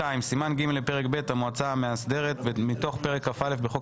2. סימן ג' בפרק ב' (המועצה המאסדר) מתוך פרק כ"א בחוק